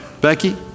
Becky